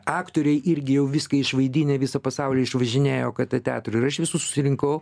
aktoriai irgi jau viską išvaidinę visą pasaulį išvažinėję okt teatro ir aš visus surinkau